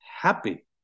happy